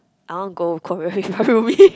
I want go Korea you follow me